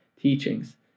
teachings